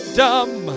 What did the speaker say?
dumb